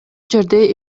жерде